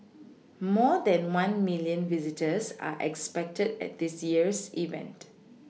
more than one milLion visitors are expected at this year's event